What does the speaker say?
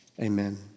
Amen